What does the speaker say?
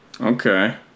okay